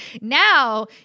Now